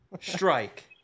Strike